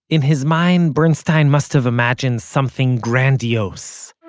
in his mind, bernstein must have imagined something grandiose.